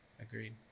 agreed